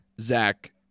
Zach